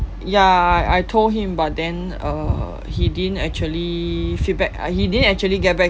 ya I I told him but then uh he didn't actually feedback uh he didn't actually get back